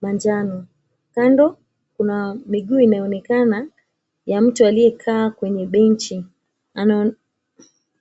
manjano. Kando kuna miguu inaonekana ya mtu aliyekaa kwenye benchi.